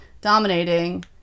dominating